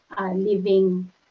living